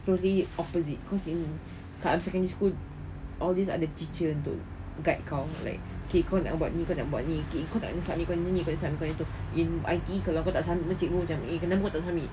totally opposite cause in kat ah secondary school all these are the teacher untuk guide kau like okay kau nak buat ni kau nak buat ni okay kau nak submit kan ni kau nak submit kan tu in I_T_E kalau kau tak nak submit cikgu macam eh kenapa kau tak buat submit